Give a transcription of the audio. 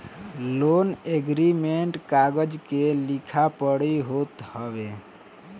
loan agreement कागज के लिखा पढ़ी होत हवे